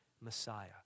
Messiah